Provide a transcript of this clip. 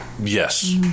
Yes